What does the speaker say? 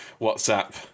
whatsapp